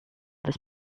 this